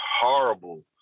horrible